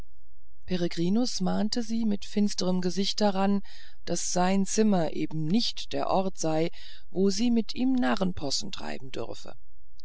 peregrinus mahnte sie mit finstrem gesicht daran daß sein zimmer eben nicht der ort sei wo sie mit ihm narrenspossen treiben dürfe